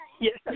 Yes